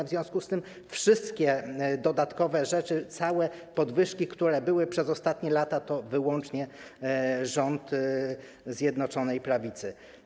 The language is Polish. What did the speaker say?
W związku z tym wszystkie dodatkowe rzeczy, całe podwyżki, które były przez ostatnie lata, to wyłącznie sprawa rządu Zjednoczonej Prawicy.